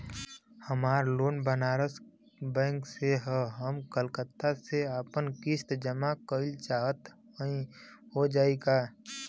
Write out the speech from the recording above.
हमार लोन बनारस के बैंक से ह हम कलकत्ता से आपन किस्त जमा कइल चाहत हई हो जाई का?